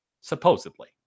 Supposedly